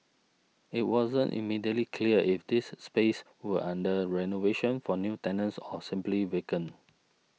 it wasn't immediately clear if these spaces were under renovation for new tenants or simply vacant